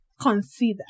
consider